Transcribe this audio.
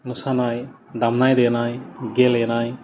मोसानाय दामनाय देनाय गेलेनाय